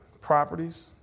properties